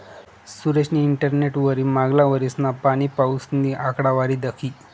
सुरेशनी इंटरनेटवरी मांगला वरीसना पाणीपाऊसनी आकडावारी दखी